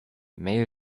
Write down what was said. mail